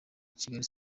kigali